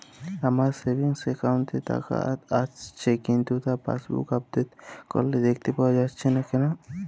আমার savings account এ টাকা আসছে কিন্তু তা পাসবুক আপডেট করলে দেখতে পাওয়া যাচ্ছে না কেন?